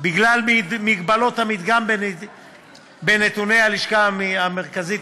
בגלל מגבלות המדגם בנתוני הלשכה המרכזית